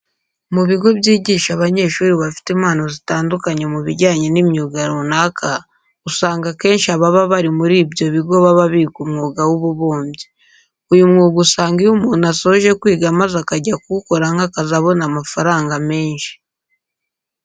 Mu bigo byigisha abanyeshuri bafite impano zitandukanye mu bijyanye n'imyuga runaka, usanga akenshi ababa bari muri ibyo bigo baba biga umwuga w'ububumbyi. Uyu mwuga usanga iyo umuntu asoje kwiga maze akajya kuwukora nk'akazi abona amafaranga menshi.